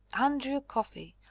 andrew coffey!